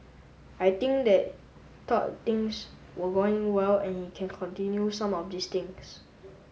I think they thought things were going well and he can continue some of these things